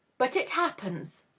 but it happens.